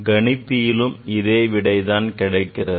கணிப்பியிலும் இந்த விடைதான் கிடைக்கிறது